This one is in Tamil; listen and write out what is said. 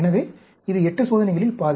எனவே இது 8 சோதனைகளில் பாதி